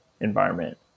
environment